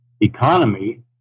Economy